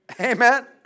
Amen